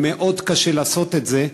מאוד קשה לעשות את זה,